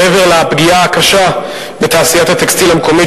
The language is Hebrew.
מעבר לפגיעה הקשה בתעשיית הטקסטיל המקומית,